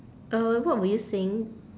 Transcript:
uh what were you saying